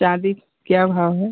चाँदी क्या भाव है